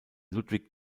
ludwig